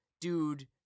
dude